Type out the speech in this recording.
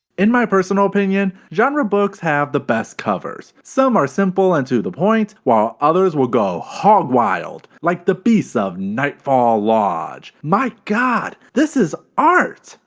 in my personal opinion, genre books have the best covers. some are simple and to the point, while others will go hog wild. like the beast of nightfall lodge, my god this is art.